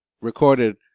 recorded